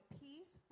peace